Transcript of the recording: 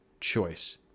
choice